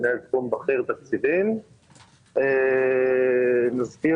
שלום רב.